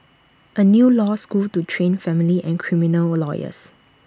A new law school to train family and criminal lawyers